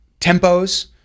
tempos